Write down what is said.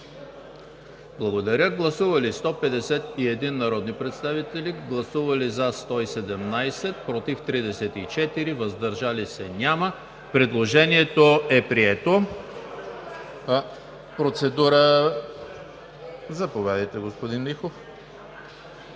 Гласували 151 народни представители: за 117, против 34, въздържали се няма. Предложението е прието. Процедура – заповядайте, господин Михов.